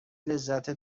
لذت